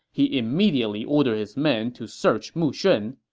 he immediately ordered his men to search mu shun.